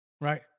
right